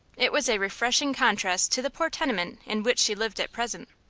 it was a refreshing contrast to the poor tenement in which she lived at present.